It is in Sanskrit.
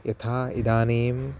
यथा इदानीम्